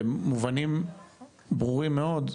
במובנים ברורים מאוד,